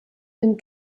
den